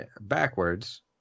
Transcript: backwards